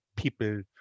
People